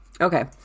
okay